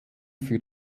für